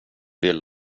vill